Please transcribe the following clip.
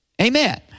Amen